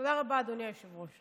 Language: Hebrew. תודה רבה, אדוני היושב-ראש.